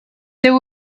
there